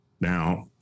Now